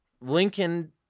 Lincoln